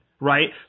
right